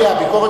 היא על כך